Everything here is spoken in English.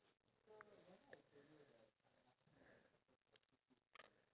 when we get that thing right it's going to change our life you know